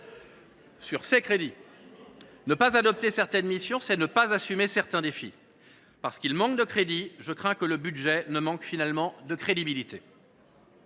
propositions ! Ne pas adopter certaines missions, c’est ne pas assumer certains défis. Parce qu’il manque de crédits, je crains que le budget ne manque finalement de crédibilité.